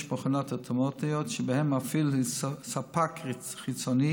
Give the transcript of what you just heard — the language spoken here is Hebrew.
מכונות אוטומטיות שבהן המפעיל הוא ספק חיצוני